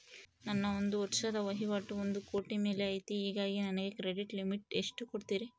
ನನ್ನ ಒಂದು ವರ್ಷದ ವಹಿವಾಟು ಒಂದು ಕೋಟಿ ಮೇಲೆ ಐತೆ ಹೇಗಾಗಿ ನನಗೆ ಕ್ರೆಡಿಟ್ ಲಿಮಿಟ್ ಎಷ್ಟು ಕೊಡ್ತೇರಿ?